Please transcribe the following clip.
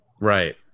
Right